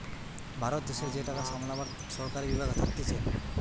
ভারত দেশের যে টাকা সামলাবার সরকারি বিভাগ থাকতিছে